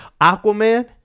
aquaman